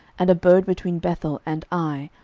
and abode between bethel and ai,